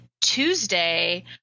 Tuesday